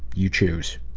you choose.